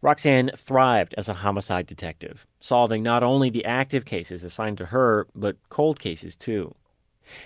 roxane thrived as a homicide detective, solving not only the active cases assigned to her, but cold cases too